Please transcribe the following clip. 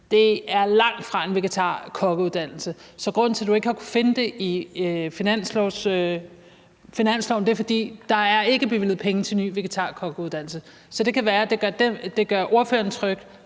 Det er langtfra en vegetarkokkeuddannelse. Så grunden til, at du ikke har kunnet finde det i finansloven, er, at der ikke er bevilget penge til en ny vegetarkokkeuddannelse. Så det kan være, at det gør ordføreren tryg,